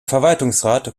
verwaltungsrat